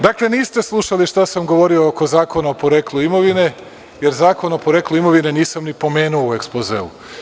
Dakle, niste slušali šta sam govorio oko Zakona o poreklu imovine, jer Zakon o poreklu imovine nisam ni pomenuo u Ekspozeu.